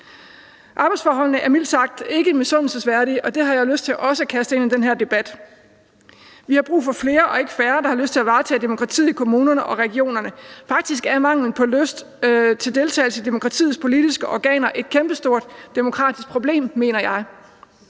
Arbejdsforholdene er mildt sagt ikke misundelsesværdige, og det har jeg lyst til også at kaste ind i den her debat. Vi har brug for flere og ikke færre, der har lyst til at varetage demokratiet i kommunerne og regionerne. Faktisk er mangel på lyst til deltagelse i demokratiets politiske organer et kæmpestort demokratisk problem, mener jeg.